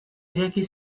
ireki